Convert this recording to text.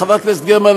חברת הכנסת גרמן,